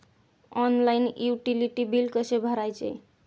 Online utility बिले कसे भरायचे?